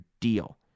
deal